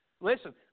Listen